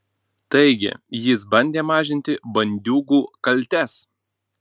taigi jis bandė mažinti bandiūgų kaltes